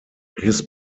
his